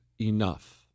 enough